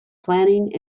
planning